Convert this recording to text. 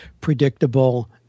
predictable